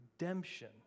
redemption